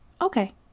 Okay